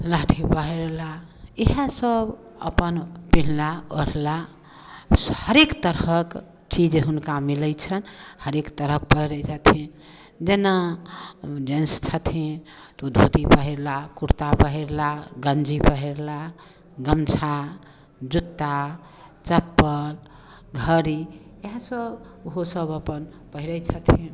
लहठी पहिरलाह इएह सभ अपन पेहनला ओढ़ला हरेक तरहके चीज हुनका मिलै छनि हरेक तरहक पहिरै छथिन जेना जेंस छथिन तऽ ओ धोती पहिरलाह कुरता पहिरलाह गञ्जी पहिरलाह गमछा जूता चप्पल घड़ी इएह सभ ओहो सभ अपन पहिरै छथिन